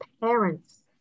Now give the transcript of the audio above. parents